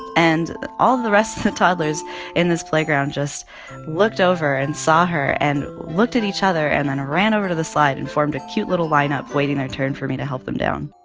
and all the rest of the toddlers in this playground just looked over and saw her and looked at each other and then ran over to the slide and formed a cute little lineup waiting their turn for me to help them down